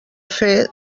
fer